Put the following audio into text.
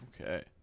Okay